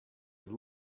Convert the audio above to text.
with